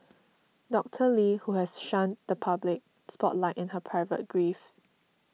Doctor Lee who has shunned the public spotlight in her private grief